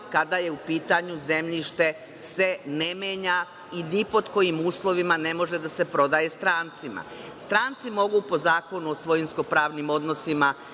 kada je u pitanju zemljište, se ne menja i ni pod kojim uslovima ne može da se prodaje strancima. Stranci mogu po Zakonu o svojinskopravnim odnosima